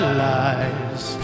lies